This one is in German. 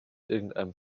irgendeinem